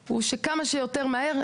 הוא להפוך לעיר כמה שיותר מהר.